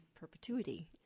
perpetuity